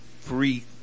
free